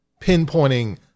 pinpointing